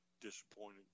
disappointed